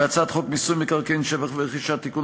2. הצעת חוק מיסוי מקרקעין (שבח ורכישה) (תיקון,